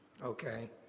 okay